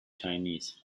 chinese